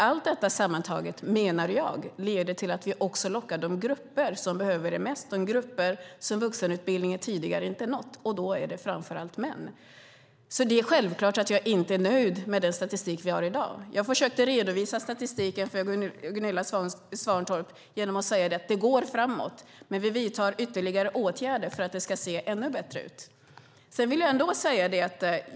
Allt detta sammantaget menar jag leder till att vi också lockar de grupper som behöver det mest och som vuxenutbildningen tidigare inte har nått. Det är framför allt män. Det är självklart att jag inte är nöjd med den statistik vi har i dag. Jag försökte redovisa statistiken för Gunilla Svantorp genom att säga att det går framåt, men vi vidtar ytterligare åtgärder för att det ska se ännu bättre ut.